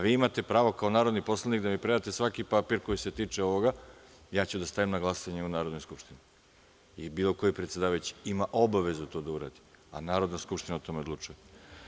Vi imate pravo, kao narodni poslanik, da mi predate svaki papir koji se tiče ovoga, ja ću da stavim na glasanje u Narodnoj skupštini i bilo koji predsedavajući ima obavezu da to uradi, a Narodna skupština o tome odlučuje.